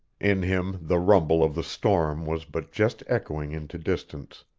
in him the rumble of the storm was but just echoing into distance.